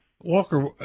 Walker